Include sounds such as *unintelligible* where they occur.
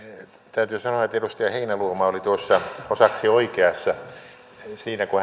täytyy sanoa että edustaja heinäluoma oli osaksi oikeassa siinä kun *unintelligible*